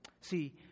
See